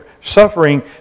suffering